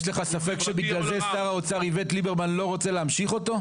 יש לך ספק שבגלל זה שר האוצר איווט ליברמן לא רוצה להמשיך אותו?